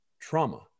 trauma